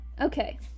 Okay